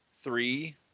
three